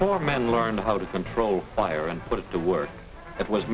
before men learn how to control fire and put it to work that was